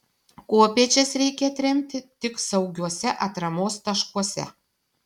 kopėčias reikia atremti tik saugiuose atramos taškuose